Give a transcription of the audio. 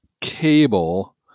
cable